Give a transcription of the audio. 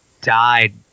died